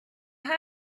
her